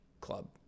club